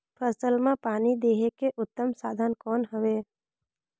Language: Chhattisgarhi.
फसल मां पानी देहे के उत्तम साधन कौन हवे?